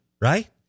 right